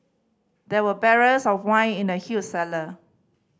there were barrels of wine in the huge cellar